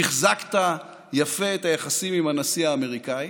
תחזקת יפה את היחסים עם הנשיא האמריקאי,